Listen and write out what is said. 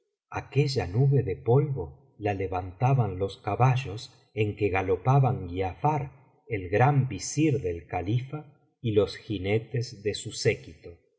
aquella nube de polvo la levantaban los caballos en que galopaban giafar el gran visir del caufa y los jinetes de su séquito